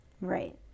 Right